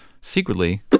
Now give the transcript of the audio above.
secretly